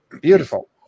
Beautiful